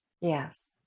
Yes